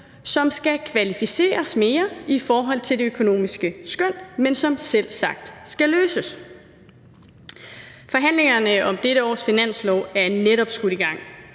som skal kvalificeres mere i forhold til det økonomiske skøn, men som selvsagt skal løses. Forhandlingerne om dette års finanslov er netop skudt i gang,